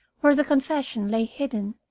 where the confession lay hidden,